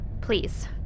Please